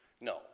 No